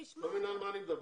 את לא מבינה על מה אני מדבר?